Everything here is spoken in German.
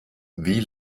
wie